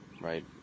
right